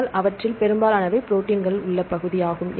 ஆனால் அவற்றில் பெரும்பாலானவை ப்ரோடீன்கள் உள்ள பகுதி ஆகும்